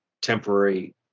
temporary